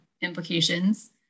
implications